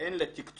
אין לה תקצוב.